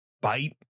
bite